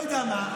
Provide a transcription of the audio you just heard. אני לא יודע מה,